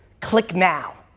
click now.